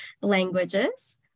languages